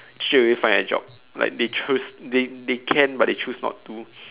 straight away find a job like they choose they they can but they choose not to